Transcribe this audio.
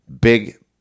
big